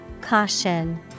Caution